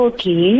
Okay